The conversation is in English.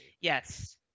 yes